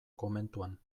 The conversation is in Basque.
komentuan